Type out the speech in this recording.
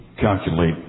calculate